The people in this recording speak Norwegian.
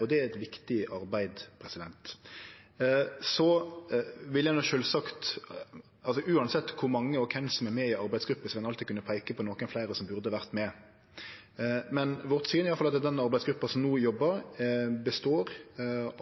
og det er eit viktig arbeid. Uansett kor mange og kven som er med i arbeidsgrupper, vil ein alltid kunne peike på nokon fleire som burde vore med. Vårt syn er i alle fall at denne arbeidsgruppa som no jobbar, består